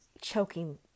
choking